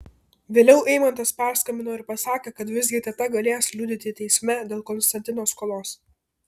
vėliau eimantas perskambino ir pasakė kad visgi teta galės liudyti teisme dėl konstantino skolos